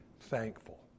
thankful